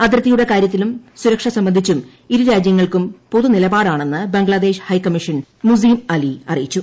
അതിർത്തിയുടെ കാര്യത്തിലും സുരക്ഷ സംബന്ധിച്ചും ഇരു രാജ്യങ്ങൾക്കും പൊതുനിലപാടാണെന്ന് ബംഗ്ലാദേശ് ഹൈക്കമ്മീഷൻ മുസീം അലി അറിയിച്ചു